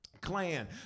clan